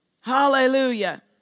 Hallelujah